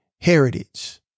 heritage